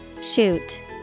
Shoot